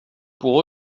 pour